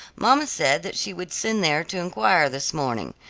mamma said that she would send there to enquire this morning,